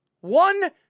one